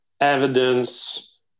evidence